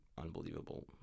unbelievable